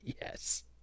yes